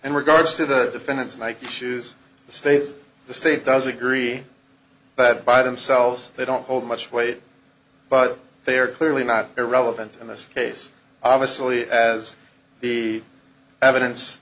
and regards to the defendant's nike shoes the states the state does agree but by themselves they don't hold much weight but they are clearly not irrelevant in this case obviously as the evidence